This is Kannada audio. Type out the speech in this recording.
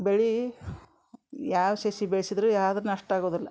ಬೆಳಿ ಯಾವ ಸಸಿ ಬೆಳ್ಸಿದ್ರೂ ಯಾವುದೂ ನಷ್ಟ ಆಗೋದಿಲ್ಲ